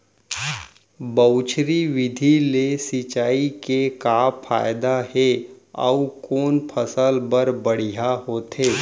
बौछारी विधि ले सिंचाई के का फायदा हे अऊ कोन फसल बर बढ़िया होथे?